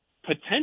potential